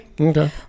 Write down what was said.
Okay